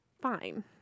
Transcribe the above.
fine